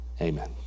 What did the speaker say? Amen